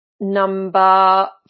number